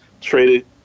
traded